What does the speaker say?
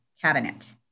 cabinet